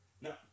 No